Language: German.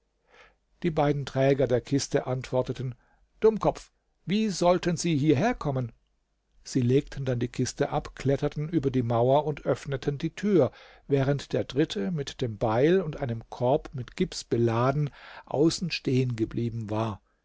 die beiden träger der kiste antworteten dummkopf wie sollten sie hierher kommen sie legten dann die kiste ab kletterten über die mauer und öffneten die tür während der dritte mit dem beil und einem korb mit gips beladen außen stehen geblieben war